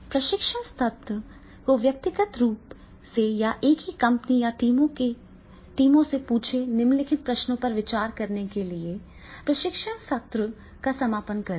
प्रशिक्षण सत्र को व्यक्तिगत रूप से या एक ही कंपनी या टीमों से टीमों से पूछकर निम्नलिखित प्रश्नों पर विचार करने के लिए प्रशिक्षण सत्र का समापन करें